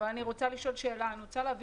אבל אני רוצה לשאול שאלה: אני רוצה להבין